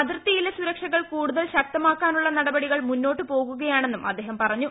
അതിർത്തിയിലെ സുരക്ഷകൾ കൂടുതൽ ശക്തമാക്കാനുള്ള നടപടികൾ മുന്നോട്ടു പോകുകയാണെന്നും അദ്ദേഹം പറഞ്ഞു